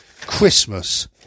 christmas